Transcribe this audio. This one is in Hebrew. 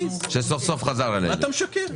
שסוף סוף חזר אלינו לזום.